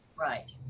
Right